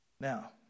Now